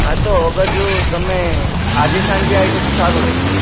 હા તો અગર જો તમે આજે સાંજે આવી જાવ તો સારું રહેશે